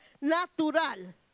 natural